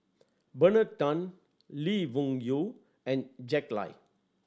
Bernard Tan Lee Wung Yew and Jack Lai